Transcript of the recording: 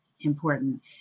important